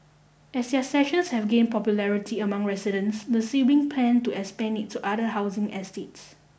as their sessions have gained popularity among residents the sibling plan to expand it to other housing estates